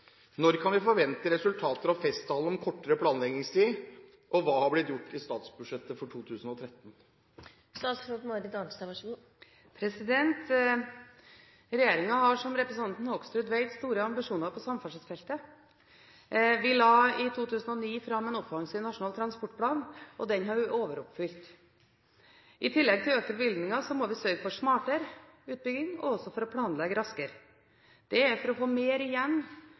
Når kan vi forvente resultater av festtalene om kortere planleggingstid, og hva har blitt gjort i statsbudsjettet for 2013?» Regjeringen har, som representanten Hoksrud vet, store ambisjoner på samferdselsfeltet. Vi la i 2009 fram en offensiv Nasjonal transportplan, og den har vi overoppfylt. I tillegg til økte bevilgninger må vi sørge for smartere utbygging og også for å planlegge raskere – dette for å få mer igjen